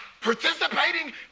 Participating